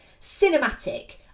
cinematic